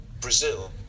Brazil